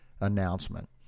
announcement